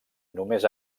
només